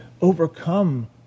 overcome